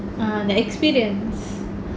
uh the experience